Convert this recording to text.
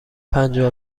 پنجاه